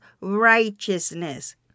righteousness